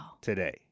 today